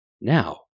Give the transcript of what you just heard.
Now